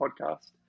podcast